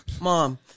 Mom